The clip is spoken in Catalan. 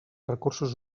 recursos